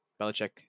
Belichick